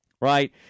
right